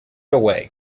away